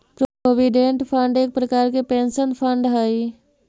provident fund एक प्रकार के पेंशन फंड हई